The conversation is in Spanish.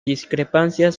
discrepancias